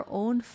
own